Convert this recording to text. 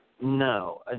no